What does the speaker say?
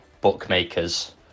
bookmakers